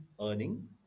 earning